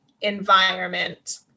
environment